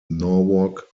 norwalk